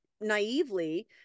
naively